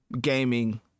gaming